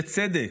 בצדק,